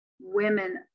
women